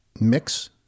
mix